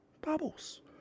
Bubbles